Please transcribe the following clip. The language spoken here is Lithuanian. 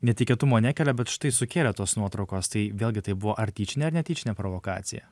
netikėtumo nekelia bet štai sukėlė tos nuotraukos tai vėlgi tai buvo ar tyčinė ar netyčinė provokacija